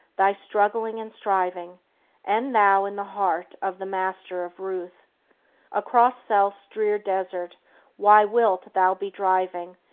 thy struggling and striving end thou in the heart of the master of ruth across self's drear desert why wilt thou be driving,